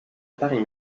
paris